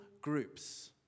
groups